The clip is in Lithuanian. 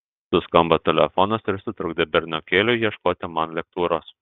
suskambo telefonas ir sutrukdė berniokėliui ieškoti man lektūros